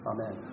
Amen